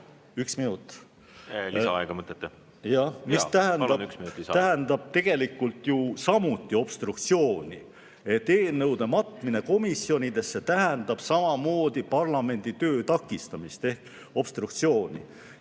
üks minut lisaaega! See tähendab tegelikult ju samuti obstruktsiooni. Eelnõude matmine komisjonidesse tähendab samamoodi parlamendi töö takistamist ehk obstruktsiooni.